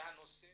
זה הנושא